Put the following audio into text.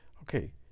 Okay